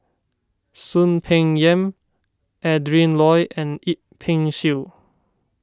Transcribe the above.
Soon Peng Yam Adrin Loi and Yip Pin Xiu